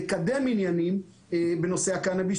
לקדם עניינים בנושא הקנאביס,